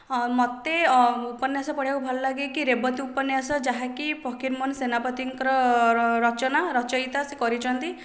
ହଁ ମୋତେ ଉପନ୍ୟାସ ପଢ଼ିବାକୁ ଭଲ ଲାଗେ କି ରେବତୀ ଉପନ୍ୟାସ ଯାହା କି ଫକିରମୋହନ ସେନାପତିଙ୍କର ରଚନା ରଚୟିତା ସେ କରିଛନ୍ତି